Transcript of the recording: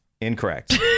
Incorrect